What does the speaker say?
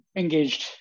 engaged